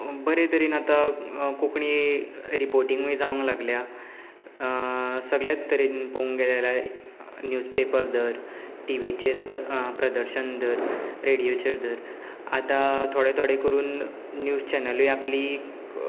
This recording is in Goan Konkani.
बरे तरेन आतां कोंकणी रिपोटींग बी जावंक लागल्या सगल्यांत तरेन पळोवंक गेलें जाल्यार निव्जपेपर धर टिवीचेर तर प्रदर्शन धर रेडिओचेर धर आतां थोडे थोडे करून निव्ज चॅनलूय आपली